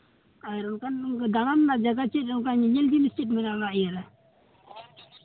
ᱟᱨ ᱚᱱᱠᱟᱱ ᱫᱟᱬᱟᱱ ᱨᱮᱱᱟᱜ ᱡᱟᱭᱜᱟ ᱪᱮᱫ ᱡᱟᱭᱜᱟ ᱧᱮᱧᱮᱞ ᱡᱤᱱᱤᱥ ᱪᱮᱫ ᱢᱮᱱᱟᱜᱼᱟ ᱚᱱᱟ ᱤᱭᱟᱹ ᱨᱮ